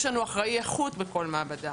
יש לנו אחראי איכות בכל מעבדה.